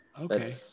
okay